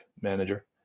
manager